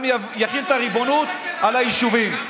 גם יחיל את הריבונות על היישובים.